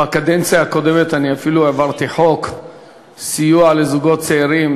בקדנציה הקודמת אני אפילו העברתי חוק סיוע לזוגות צעירים